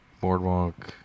Boardwalk